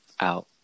out